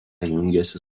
jungiasi